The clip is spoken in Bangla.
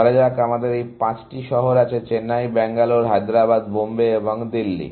ধরা যাক আমাদের এই পাঁচটি শহর আছে চেন্নাই ব্যাঙ্গালোর হায়দ্রাবাদ বোম্বে এবং দিল্লি